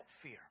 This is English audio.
fear